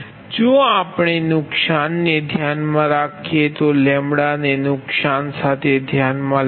જો આપણે નુકસાનને ધ્યાનમાં રાખીએ તો ને નુકસાન સાથે ધ્યાનમાં લેતા